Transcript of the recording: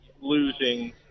losing